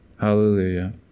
Hallelujah